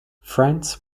france